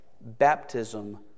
baptism